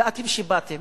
ואתם שבאתם